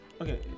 Okay